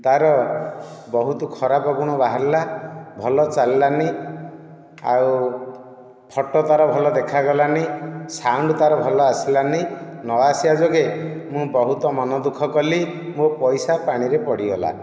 ତା'ର ବହୁତ ଖରାପ ଗୁଣ ବାହାରିଲା ଭଲ ଚାଲିଲାନି ଆଉ ଫୋଟୋ ତା'ର ଭଲ ଦେଖାଗଲାନି ସାଉଣ୍ଡ ତା'ର ଭଲ ଆସିଲାନି ନ ଆସିବା ଯୋଗେଁ ମୁଁ ବହୁତ ମନ ଦୁଃଖ କଲି ମୋ ପଇସା ପାଣିରେ ପଡ଼ିଗଲା